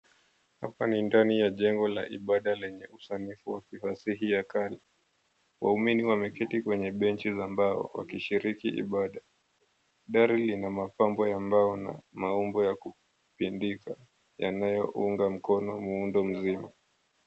Hapa ni ndani ya jengo la ibada lenye usanifu wa kiasili ya kale, waumini wameketi kwenye bench za mbao wakishiriki ibada dari lina mapambo ya mbao na maumbo ya kupendeza ambayo unaunga mkono muundo mzima.